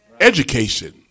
Education